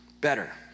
better